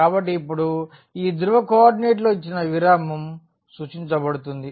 కాబట్టి ఇప్పుడు ఈ ధ్రువ కోఆర్డినేట్లో ఇచ్చిన విరామం సూచించబడుతుంది